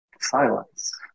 silence